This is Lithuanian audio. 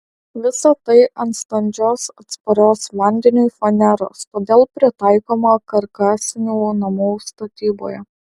visa tai ant standžios atsparios vandeniui faneros todėl pritaikoma karkasinių namų statyboje